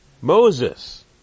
Moses